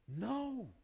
No